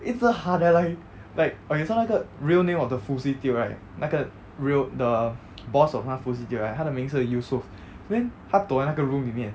一直喊 leh like like okay so 那个 real name of the fouseytube right 那个 real the boss of 那个 fouseytube right 他的名是 yusof then 他躲在那个 room 里面